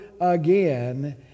again